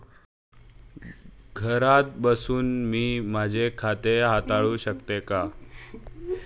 घरात बसून मी माझे खाते हाताळू शकते का?